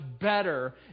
better